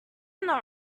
not